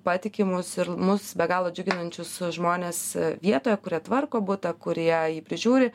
patikimus ir mus be galo džiuginančius žmones vietoje kurie tvarko butą kurie jį prižiūri